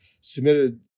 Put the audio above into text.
submitted